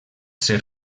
ser